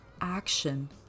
Action